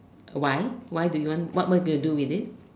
why why do you want what what're you gonna do with it